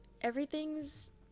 everything's